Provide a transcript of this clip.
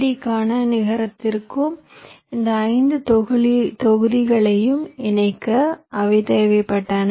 டிக்கான நிகரத்திற்கும் இந்த 5 தொகுதிகளையும் இணைக்க அவை தேவைப்பட்டன